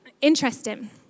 interesting